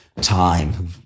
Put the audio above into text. Time